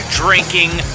drinking